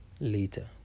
later